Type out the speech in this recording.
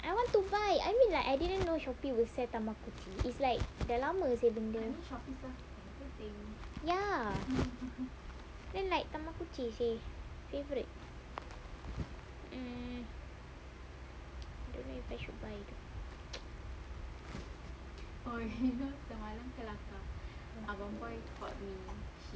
I want to buy I mean like I didn't know shopee will sell tamagotchi is like dah lama seh benda ya then like tamagotchi seh favourite mm don't know if I should buy it though